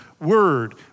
word